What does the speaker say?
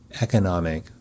economic